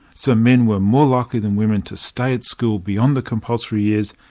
so men were more likely than women to stay at school beyond the compulsory years,